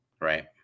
right